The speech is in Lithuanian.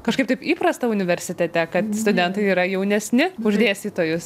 kažkaip taip įprasta universitete kad studentai yra jaunesni už dėstytojus